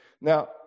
now